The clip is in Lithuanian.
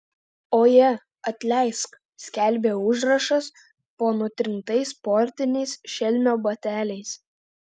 oje atleisk skelbė užrašas po nutrintais sportiniais šelmio bateliais